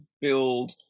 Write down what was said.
build